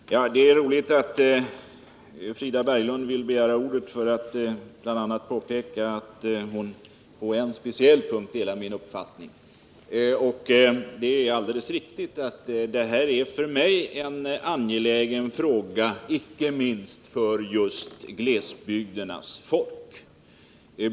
Herr talman! Det är roligt att Frida Berglund vill begära ordet för att bl.a. påpeka att hon på en speciell punkt delar min uppfattning. Det är alldeles riktigt att jag tycker att detta är en angelägen fråga för just glesbygdens folk.